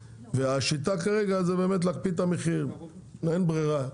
והשיטה כרגע היא באמת להקפיא את המחיר, אין ברירה.